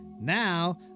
Now